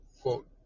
quote